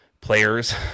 players